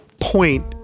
point